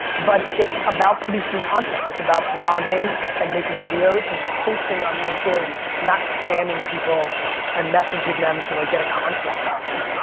but it's about producing content, it's about blogging and making videos and posting on linkedin, not spamming people and messaging them to like get a contract from them.